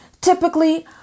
typically